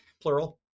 plural